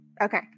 okay